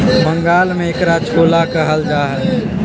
बंगाल में एकरा छोला कहल जाहई